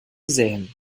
sähen